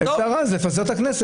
אפשר אז לפזר את הכנסת.